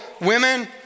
women